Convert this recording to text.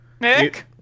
Nick